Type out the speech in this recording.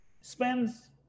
spends